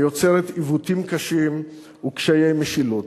היוצרת עיוותים קשים וקשיי משילות.